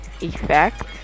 effect